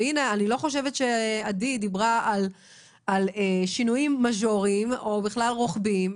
אני לא חושבת שעדי דיברה על שינויים מז'וריים או בכלל רוחביים.